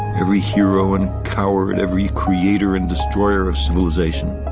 every hero and coward. every creator and destroyer of civilization.